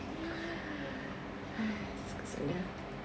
!hais! kesian dia